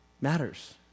matters